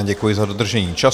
Děkuji za dodržení času.